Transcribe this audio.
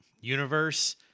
universe